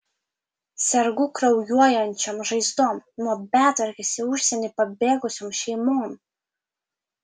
sergu kraujuojančiom žaizdom nuo betvarkės į užsienį pabėgusiom šeimom